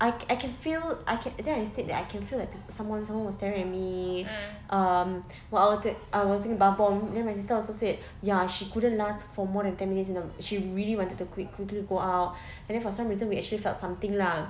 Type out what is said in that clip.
I I can feel I can I think I said that I can feel that someone someone was staring at me um what I wanted I was using bath bomb then my sister also said ya she couldn't last for more than ten minutes she really wanted to quick quickly go out and then for some reason we actually felt something lah